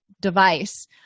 device